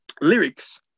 Lyrics